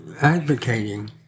advocating